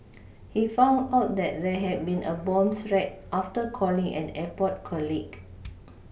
he found out that there had been a bomb threat after calling an airport colleague